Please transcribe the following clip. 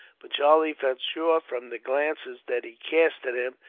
but charlie felt sure, from the glances that he cast at him,